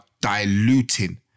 diluting